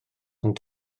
ond